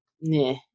Nah